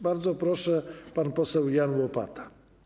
Bardzo proszę, pan poseł Jan Łopata.